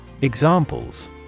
Examples